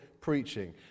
preaching